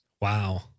Wow